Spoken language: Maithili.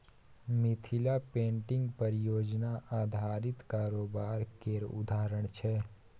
मिथिला पेंटिंग परियोजना आधारित कारोबार केर उदाहरण छै